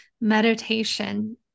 meditation